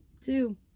two